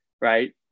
Right